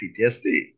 PTSD